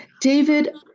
David